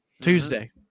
Tuesday